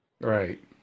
Right